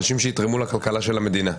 אנשים שיתרמו לכלכלה של המדינה,